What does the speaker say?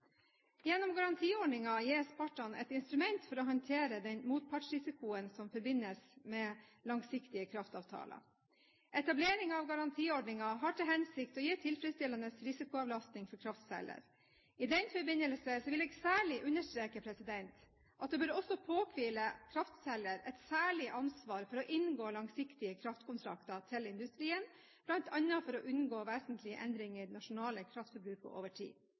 Gjennom garantiordningen gis partene et instrument for å håndtere den motpartsrisikoen som forbindes med langsiktige kraftavtaler. Etableringen av garantiordningen har til hensikt å gi tilfredsstillende risikoavlastning for kraftselger. I den forbindelse vil jeg særlig understreke at det også bør påhvile kraftselger et særlig ansvar for å inngå langsiktige kraftkontrakter med industrien, bl.a. for å unngå vesentlige endringer i det nasjonale kraftforbruket over tid.